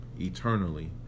eternally